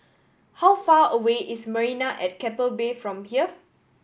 how far away is Marina at Keppel Bay from here